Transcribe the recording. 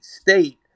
state